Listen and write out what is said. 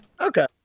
Okay